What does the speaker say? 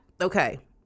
okay